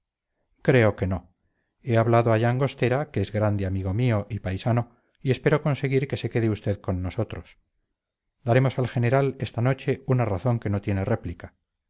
creo que no he hablado a llangostera que es grande amigo mío y paisano y espero conseguir que se quede usted con nosotros daremos al general esta noche una razón que no tiene réplica